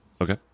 Okay